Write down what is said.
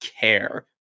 care